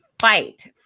fight